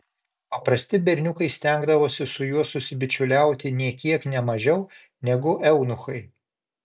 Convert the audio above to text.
paprasti berniukai stengdavosi su juo susibičiuliauti nė kiek ne mažiau negu eunuchai